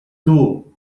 too